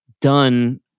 done